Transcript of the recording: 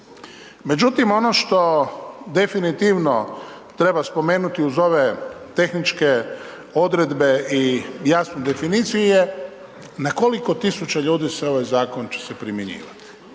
Međutim, ono što definitivno treba spomenuti uz ove tehničke odredbe i jasnu definiciju je na koliko tisuća ljudi se ovaj zakon će se primjenjivat?